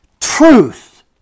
truth